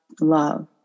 love